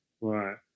right